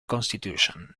constitution